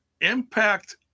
Impact